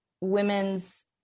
women's